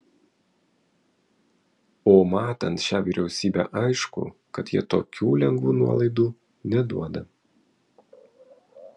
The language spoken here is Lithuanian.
o matant šią vyriausybę aišku kad jie tokių lengvų nuolaidų neduoda